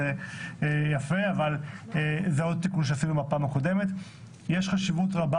יש חשיבות רבה